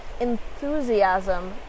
enthusiasm